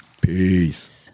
Peace